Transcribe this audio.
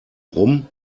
rum